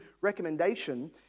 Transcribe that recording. recommendation